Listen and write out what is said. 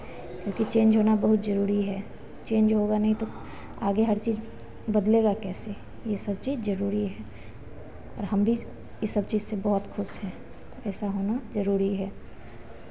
क्योंकि चेंज होना बहुत ज़रूरी है चेंज होगा नहीं तो आगे हर चीज़ बदलेगा कैसे यह सब चीज़ ज़रूरी है और हम भी यह सब चीज़ से बहुत खुश हैं ऐसा होना ज़रूरी है